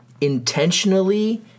intentionally